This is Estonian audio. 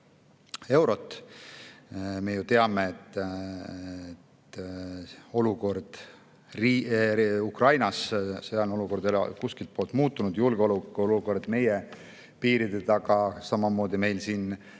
eurot. Me ju teame, et olukord Ukrainas ei ole kuskiltpoolt muutunud, julgeolekuolukord meie piiride taga samamoodi. Meil siin